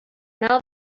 now